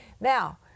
Now